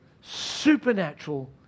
supernatural